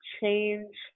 change